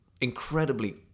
incredibly